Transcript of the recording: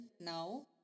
now